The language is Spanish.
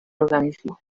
organismo